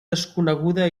desconeguda